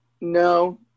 No